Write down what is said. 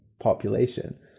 population